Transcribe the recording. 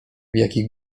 jakich